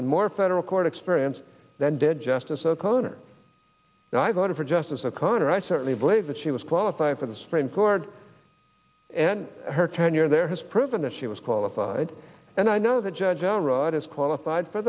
and more federal court experience than did justice o'connor and i voted for justice o'connor i certainly believe that she was qualified for the supreme court and her tenure there has proven that she was qualified and i know that judge a right is qualified for